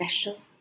special